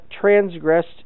transgressed